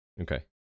Okay